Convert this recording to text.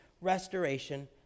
restoration